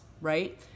right